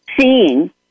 seeing